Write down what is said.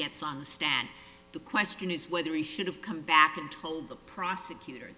gets on the stand the question is whether he should have come back and told the prosecutor